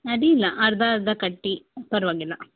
ಅಡಿಯಿಲ್ಲ ಅರ್ಧ ಅರ್ಧ ಕಟ್ಟಿ ಪರವಾಗಿಲ್ಲ